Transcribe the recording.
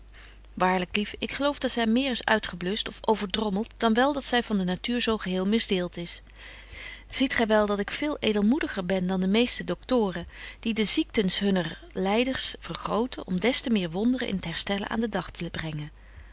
waarlyk lief ik geloof dat zy meer is uitgebluscht of overdrommelt dan wel dat zy van de natuur zo geheel misdeelt is ziet gy wel dat ik veel edelmoediger ben dan de meeste doctoren die de ziektens hunner lyders vergroten om des te meer wonderen in het herstellen aan den dag te brengen